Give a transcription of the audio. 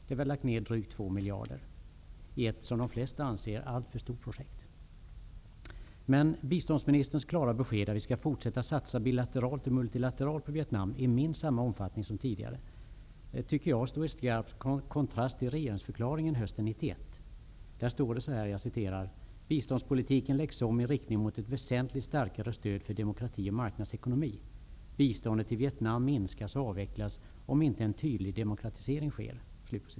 Där har vi lagt ner drygt två miljarder i ett, som de flesta anser, alltför stort projekt. Men biståndsministerns klara besked, att vi skall fortsätta att satsa bilateralt och multilateralt på Vietnam i minst samma omfattning som tidigare, tycker jag står i skarp kontrast till regeringsförklaringen hösten 1991. Där står det så här: ''Biståndspolitiken läggs om i riktning mot ett väsentligt starkare stöd för demokrati och marknadsekonomi. Biståndet till Vietnam minskas och avvecklas om inte en tydlig demokratisering sker.''